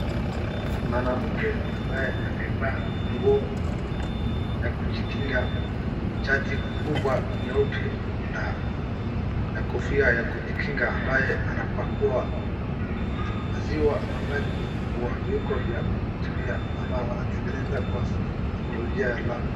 Mwanamke ambaye amevaa nguo ya kujikinga, shati kubwa nyeupe na kofia ya kujikinga ambaye anapakua maziwa ama maji kwa viungo vya kutumia ama wanatengeneza kwa sururia ya lab .